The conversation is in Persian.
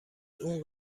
اون